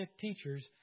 teachers